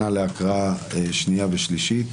נעבור להצבעה על החוק, הכנה לשנייה ושלישית.